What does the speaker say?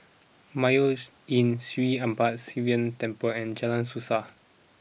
Mayos Inn Sri Arasakesari Sivan Temple and Jalan Suasa